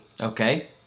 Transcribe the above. Okay